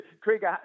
Craig